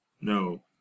No